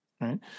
Right